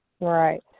Right